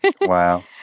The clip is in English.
Wow